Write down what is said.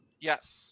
Yes